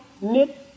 knit